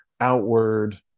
outward